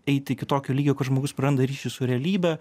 eiti iki tokio lygio kad žmogus praranda ryšį su realybe